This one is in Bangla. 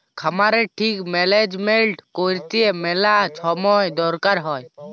খামারের ঠিক ম্যালেজমেল্ট ক্যইরতে ম্যালা ছময় দরকার হ্যয়